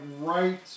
right